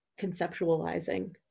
conceptualizing